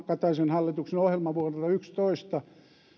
kataisen hallituksen ohjelma vuodelta yksitoista